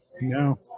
No